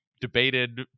debated